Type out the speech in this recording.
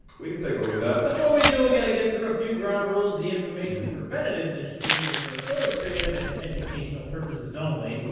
we can take a look at that. before we do, we gotta get through a few ground rules. the information presented in this stream is for illustrative and educational purposes only.